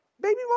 Baby